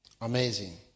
Amazing